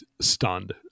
stunned